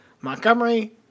Montgomery